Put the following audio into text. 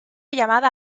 llamada